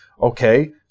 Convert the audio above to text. Okay